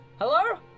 Hello